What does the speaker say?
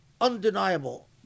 undeniable